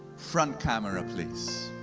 front camera please.